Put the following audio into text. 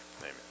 Amen